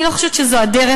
אני לא חושבת שזו הדרך.